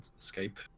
escape